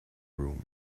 room